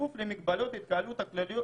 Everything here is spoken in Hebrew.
בכפוף למגבלות התקהלות הכלליות